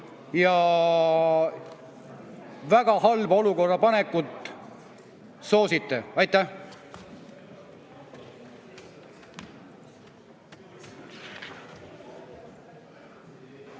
ja väga halba olukorda panekut soosite. Aitäh!